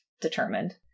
determined